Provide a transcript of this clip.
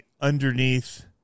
underneath